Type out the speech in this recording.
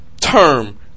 term